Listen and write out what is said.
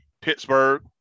Pittsburgh